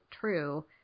true